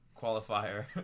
qualifier